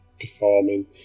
performing